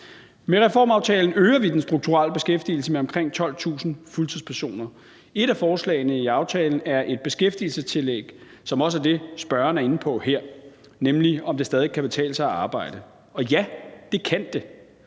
Med reformaftalen øger vi den strukturelle beskæftigelse med omkring 12.000 fuldtidspersoner. Et af forslagene i aftalen er et beskæftigelsestillæg, som også er det, spørgeren er inde på her, i forhold til om det stadig kan betale sig at arbejde. Og ja, det kan det.